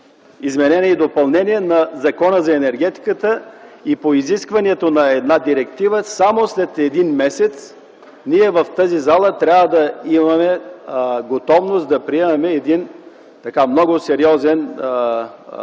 изменение и допълнение на Закона за енергетиката. По изискването на една директива само след месец ние, в тази зала, трябва да имаме готовност да приемем много сериозен закон с